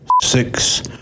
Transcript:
Six